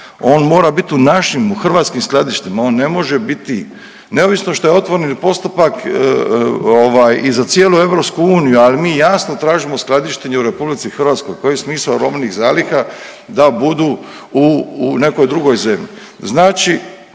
On mora biti u našim u hrvatskim skladištima. On ne može biti neovisno što je otvoren postupak i za cijelu Europsku uniju. Ali mi jasno tražimo skladištenje u Republici Hrvatskoj. Koji je smisao robnih zaliha da budu u nekoj drugoj zemlji? Znači